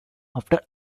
after